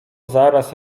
zaraz